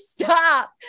stop